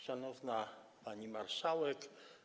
Szanowna Pani Marszałek!